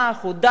חודש,